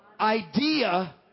idea